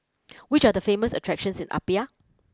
which are the famous attractions in Apia